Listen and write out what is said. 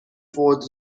for